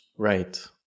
Right